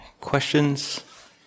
questions